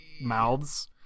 mouths